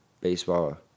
baseball